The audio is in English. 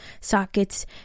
sockets